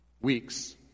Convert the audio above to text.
weeks